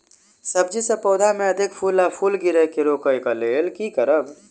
सब्जी कऽ पौधा मे अधिक फूल आ फूल गिरय केँ रोकय कऽ लेल की करब?